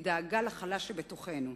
מדאגה לחלש שבתוכנו,